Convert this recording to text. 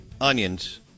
onions